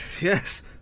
Yes